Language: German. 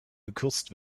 gekürzt